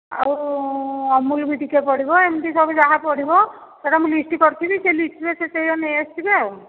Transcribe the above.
ଆଉ ଅମୁଲ ବି ଟିକିଏ ପଡ଼ିବ ଏମିତି ସବୁ ଯାହା ପଡ଼ିବ ସେଟା ମୁଁ ଲିଷ୍ଟ୍ କରିଥିବି ସେ ଲିଷ୍ଟ୍ରେ ସେ ନେଇ ଆସିଥିବେ ଆଉ